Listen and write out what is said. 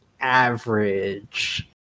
Average